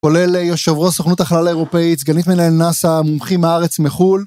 כולל יושב ראש, סוכנות החלל האירופאית, סגנית מנהל נאסא, מומחים מהארץ ומחול.